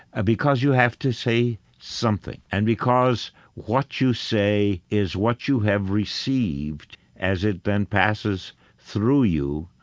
ah because you have to say something. and because what you say is what you have received as it then passes through you,